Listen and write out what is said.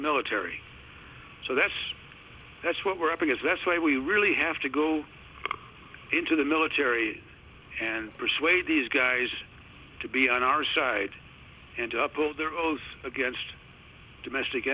military so that's that's what we're upping is that's why we really have to go into the military and persuade these guys to be on our side and upload their roles against domestic